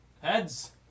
Heads